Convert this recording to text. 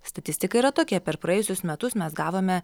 statistika yra tokia per praėjusius metus mes gavome